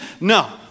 No